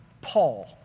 Paul